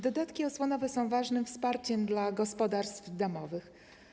Dodatki osłonowe są ważnym wsparciem dla gospodarstw domowych.